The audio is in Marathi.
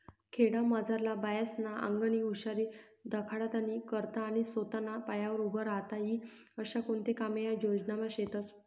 खेडामझारल्या बायास्ना आंगनी हुशारी दखाडानी करता आणि सोताना पायावर उभं राहता ई आशा कोणता कामे या योजनामा शेतस